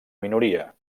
minoria